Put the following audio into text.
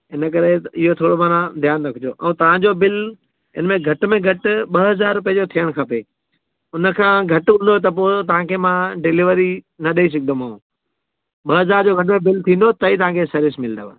हिन करे इहो थोरो माना ध्यानु रखिजो ऐं तव्हांजो बिल हिनमे घटि में घटि ॿ हज़ार रुपिए जो थियणु खपे हुनखां घटि हूंदो त पोइ तव्हांखे मां डिलेवरी न ॾेई सघदोमांव ॿ हज़ार जो घटि में घटि बिल थींदो त ई तव्हांखे इहा सर्विस मिलंदव